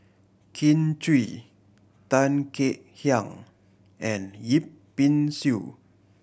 Kin Chui Tan Kek Hiang and Yip Pin Xiu